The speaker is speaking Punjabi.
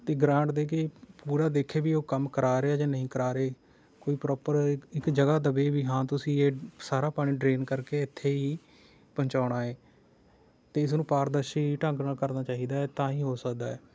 ਅਤੇ ਗਰਾਂਟ ਦੇ ਕੇ ਪੂਰਾ ਦੇਖੇ ਵੀ ਉਹ ਕੰਮ ਕਰਾ ਰਹੇ ਆ ਜਾਂ ਨਹੀਂ ਕਰਾ ਰਹੇ ਕੋਈ ਪ੍ਰੋਪਰ ਇੱਕ ਜਗ੍ਹਾ ਦੇਵੇ ਵੀ ਹਾਂ ਤੁਸੀ ਇਹ ਸਾਰਾ ਪਾਣੀ ਡਰੇਨ ਕਰਕੇ ਇੱਥੇ ਹੀ ਪਹੁੰਚਾਉਣਾ ਏ ਅਤੇ ਇਸ ਨੂੰ ਪਾਰਦਰਸ਼ੀ ਢੰਗ ਨਾਲ ਕਰਨਾ ਚਾਹੀਦਾ ਹੈ ਤਾਂ ਹੀ ਹੋ ਸਕਦਾ ਹੈ